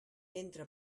entra